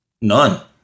None